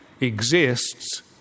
exists